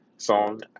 song